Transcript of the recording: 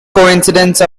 coincidence